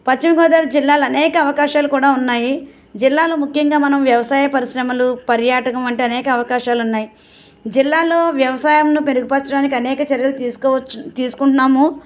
పశ్చిమగోదావరి జిల్లాలో అనేక అవకాశాలు కూడా ఉన్నాయి జిల్లాలో ముఖ్యంగా మన వ్యవసాయ పరిశ్రమలు పర్యాటకం వంటి అనేకమైన అవకాశాలు ఉన్నాయి జిల్లాలో వ్యవసాయమును మెరుగుపరచడానికి అనేకమైన చర్యలు తీసుకోవచ్చు తీసుకుంటున్నాము